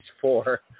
four